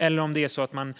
Eller vill man